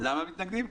למה מתנגדים?